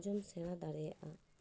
ᱟᱡᱚᱢ ᱥᱮᱬᱟ ᱫᱟᱲᱮᱭᱟᱜᱼᱟ